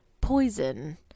Poison